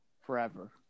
Forever